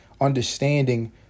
Understanding